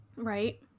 Right